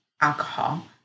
alcohol